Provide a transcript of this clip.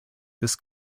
this